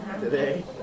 Today